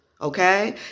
Okay